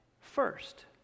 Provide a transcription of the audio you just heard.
first